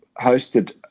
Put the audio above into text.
hosted